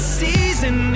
season